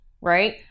Right